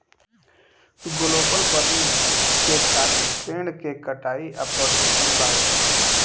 global warming के कारण पेड़ के कटाई आ प्रदूषण बावे